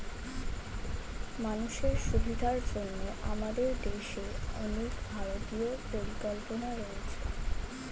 মানুষের সুবিধার জন্য আমাদের দেশে অনেক ভারতীয় পরিকল্পনা রয়েছে